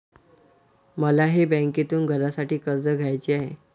मलाही बँकेतून घरासाठी कर्ज घ्यायचे आहे